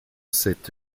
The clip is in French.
sept